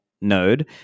node